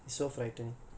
ya